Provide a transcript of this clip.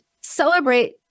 celebrate